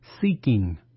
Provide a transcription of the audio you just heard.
seeking